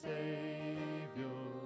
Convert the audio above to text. Savior